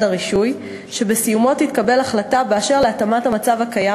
הרישוי שבסיומו תתקבל החלטה באשר להתאמת המצב הקיים